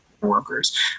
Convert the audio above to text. workers